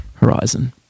Horizon